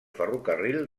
ferrocarril